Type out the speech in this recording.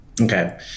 Okay